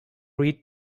read